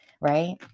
right